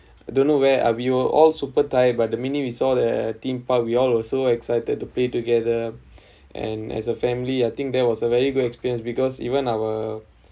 I don't know where are we were all super tired by the minute we saw the theme park we all also excited to play together and as a family I think there was a very good experience because even our